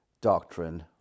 doctrine